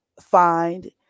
find